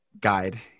guide